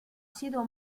sido